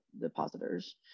depositors